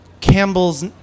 Campbell's